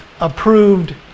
approved